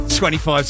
25